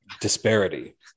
disparity